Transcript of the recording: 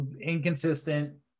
Inconsistent